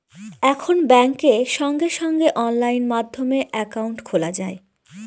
এখন ব্যাঙ্কে সঙ্গে সঙ্গে অনলাইন মাধ্যমে একাউন্ট খোলা যায়